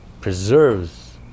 preserves